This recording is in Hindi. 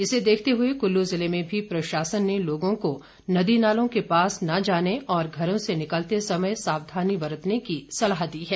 इसे देखते हुए कुल्लू जिले में भी प्रशासन ने लोगों को नदी नालों के पास न जाने और घरों से निकलते समय सावधानी बरतने की सलाह दी है